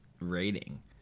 rating